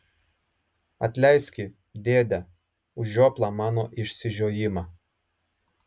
atleiski dėde už žioplą mano išsižiojimą